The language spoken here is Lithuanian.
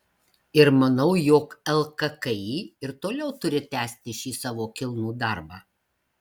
ir manau jog lkki ir toliau turi tęsti šį savo kilnų darbą